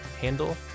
handle